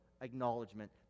acknowledgement